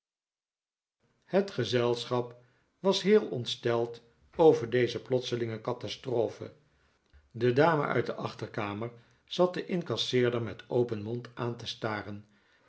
het gezelschap was heel ontsteld over deze plotselinge catastrophe de dame uit de achterkamer zat den incasseerder met open mond aan te staren